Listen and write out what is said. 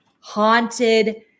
haunted